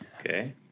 Okay